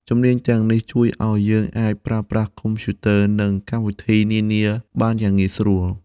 ជំនាញទាំងនេះជួយឱ្យយើងអាចប្រើប្រាស់កុំព្យូទ័រ និងកម្មវិធីនានាបានយ៉ាងងាយស្រួល។